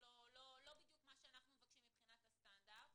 לא בדיוק מה שאנחנו מבקשים מבחינת הסטנדרט,